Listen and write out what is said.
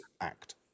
act